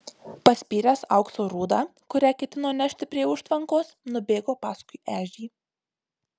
paspyręs aukso rūdą kurią ketino nešti prie užtvankos nubėgo paskui ežį